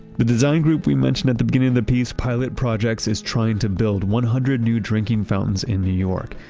the design group we mentioned at the beginning of the piece, pilot projects, is trying to build one hundred new drinking fountains in new york.